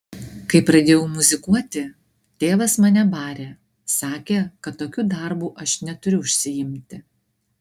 kai pradėjau muzikuoti tėvas mane barė sakė kad tokiu darbu aš neturiu užsiimti